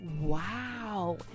Wow